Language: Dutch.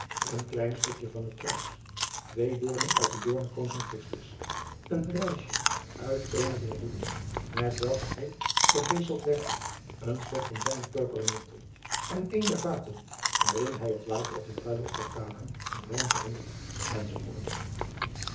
een klein stukje van het kruis twee doornen uit de doornekroon van een rijsje uit eene der roeden met welke hij gegeefeld werd een stuk van zijnen purperen mantel en een der vaten waarin hij het water op de ruiloft te ana in wijn veranderde